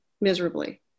miserably